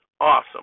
awesome